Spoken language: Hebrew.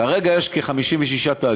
כרגע יש 56 תאגידים,